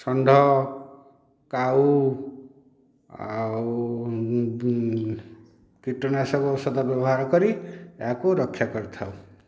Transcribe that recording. ଷଣ୍ଢ କାଉ ଆଉ କୀଟନାଶକ ଔଷଧ ବ୍ୟବହାର କରି ଏହାକୁ ରକ୍ଷା କରିଥାଉ